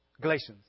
Galatians